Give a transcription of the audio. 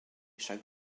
chaque